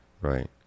right